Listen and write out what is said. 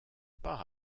part